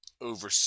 over